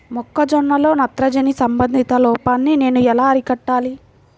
మొక్క జొన్నలో నత్రజని సంబంధిత లోపాన్ని నేను ఎలా అరికట్టాలి?